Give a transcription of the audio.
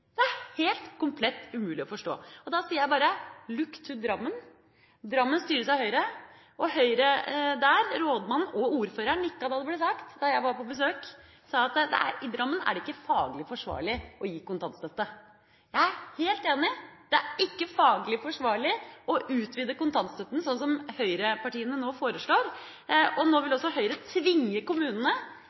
Det er helt komplett umulig å forstå. Da sier jeg bare: Look to Drammen. Drammen styres av Høyre, og Høyre der – rådmannen og ordføreren – nikket da dette ble sagt da jeg var på besøk, og sa at i Drammen er det ikke faglig forsvarlig å gi kontantstøtte. Jeg er helt enig – det er ikke faglig forsvarlig å utvide kontantstøtta sånn som høyrepartiene nå foreslår. Nå vil også Høyre tvinge kommunene